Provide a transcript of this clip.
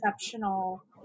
exceptional